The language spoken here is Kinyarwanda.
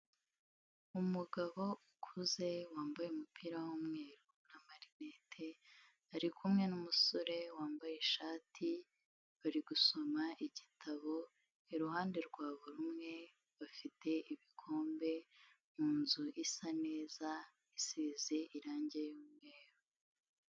Umugabo ukuze wambaye umupira w'umweru n'amarinete, ari kumwe n'umusore wambaye ishati, bari gusoma igitabo, iruhande rwa buri umwe bafite ibikombe, mu nzu isa neza isize irangi y'umweru.